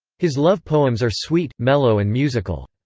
his love poems are sweet, mellow and musical.